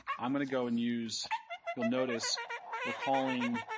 i'm going to go and use you'll notice we're calling